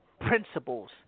principles